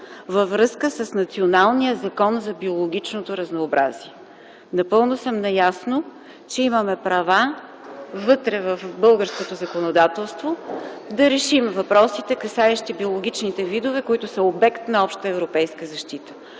във връзка с националния Закон за биологичното разнообразие. Напълно съм наясно, че имаме права вътре в българското законодателство да решим въпросите, касаещи биологичните видове, които са обект на обща европейска защита,